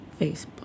Facebook